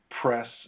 press